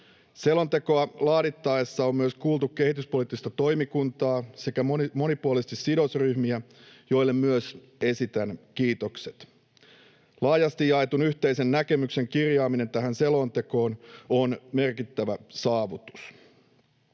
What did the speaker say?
Selontekoa laadittaessa on myös kuultu kehityspoliittista toimikuntaa sekä monipuolisesti sidosryhmiä, joille myös esitän kiitokset. Laajasti jaetun yhteisen näkemyksen kirjaaminen tähän selontekoon on merkittävä saavutus.